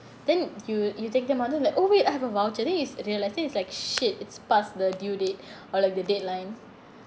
then you you take them out then like oh wait I have a voucher then it's realise then it's like shit it's past the due date or like the deadline